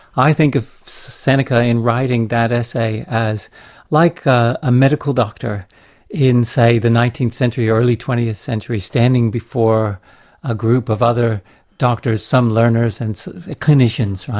i think of seneca in writing that essay as like ah a medical doctor in, say, the nineteenth century or early twentieth century, standing before a group of other doctors, some learners and so clinicians, right?